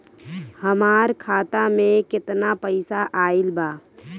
हमार खाता मे केतना पईसा आइल बा?